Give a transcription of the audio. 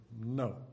no